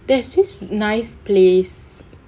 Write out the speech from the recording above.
there's this nice place